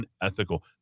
unethical